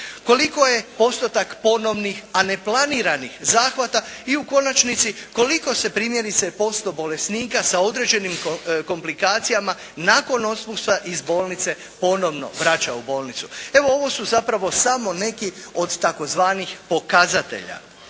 Koliko je postotak ponovnih, a neplaniranih zahvata i u konačnici koliko se primjerice posto bolesnika sa određenim komplikacijama nakon otpusta iz bolnice ponovno vraća u bolnicu. Evo ovo su zapravo samo neki od tzv. pokazatelja.